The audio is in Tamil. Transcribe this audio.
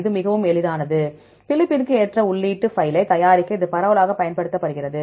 இது மிகவும் எளிதானது Phylip ப்பிற்கு ஏற்ற உள்ளீட்டு பைலை தயாரிக்க இது பரவலாக பயன்படுத்தப்படுகிறது